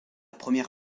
première